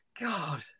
God